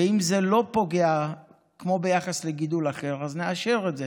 ואם זה לא פוגע ביחס לגידול אחר, אז נאשר את זה.